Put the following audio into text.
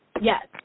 Yes